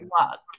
luck